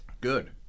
Good